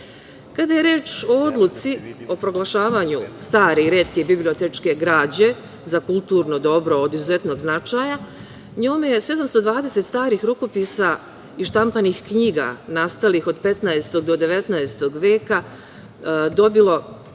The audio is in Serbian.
je reč o odluci o proglašavanju stare i retke bibliotečke građe za kulturno dobro od izuzetnog značaja, njome je 720 starih rukopisa i štampanih knjiga nastalih od 15. do 19. veka dobilo